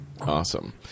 awesome